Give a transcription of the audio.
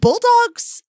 Bulldogs